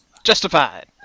Justified